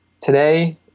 Today